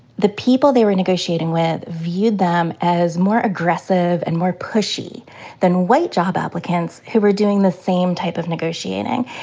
the people they were negotiating with viewed them as more aggressive and more pushy than white job applicants who were doing the same type of negotiating.